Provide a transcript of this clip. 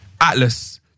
atlas